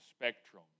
spectrum